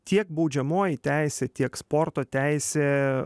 tiek baudžiamoji teisė tiek sporto teisė